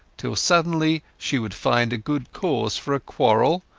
till suddenly she would find a good cause for a quarrel,